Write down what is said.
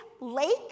lake